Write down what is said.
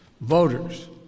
voters